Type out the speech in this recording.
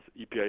EPI